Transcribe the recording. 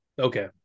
Okay